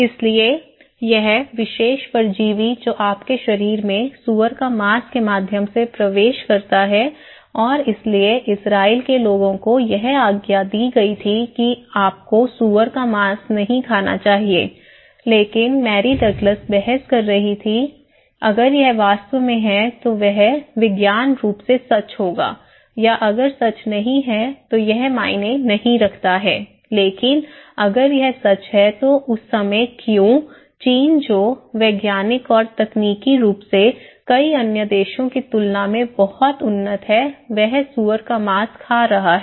इसलिए यह विशेष परजीवी जो आपके शरीर में सूअर का मांस के माध्यम से प्रवेश करता है और इसलिए इजरायल के लोगों को यह आज्ञा दी गई थी कि आपको सूअर का मांस नहीं खाना चाहिए लेकिन मैरी डगलस बहस कर रही थी अगर यह वास्तव में है तो यह वैज्ञानिक रूप से सच होगा या अगर सच नहीं है तो मायने नहीं रखता है लेकिन अगर यह सच है तो उस समय क्यों चीन जो वैज्ञानिक और तकनीकी रूप से कई अन्य देशों की तुलना में बहुत उन्नत है वह सुअर का मांस खा रहे हैं